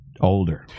older